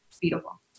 Beautiful